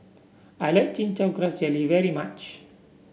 I like Chin Chow Grass Jelly very much